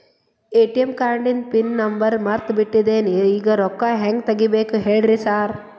ATM ಕಾರ್ಡಿಂದು pin number ಮರ್ತ್ ಬಿಟ್ಟಿದೇನಿ ಈಗ ರೊಕ್ಕಾ ಹೆಂಗ್ ತೆಗೆಬೇಕು ಹೇಳ್ರಿ ಸಾರ್